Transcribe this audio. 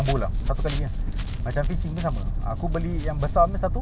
aku forgot to inform you that day aku pergi New Balance aku bilang kau